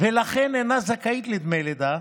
ולכן אינה זכאית לדמי לידה,